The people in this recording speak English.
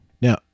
Now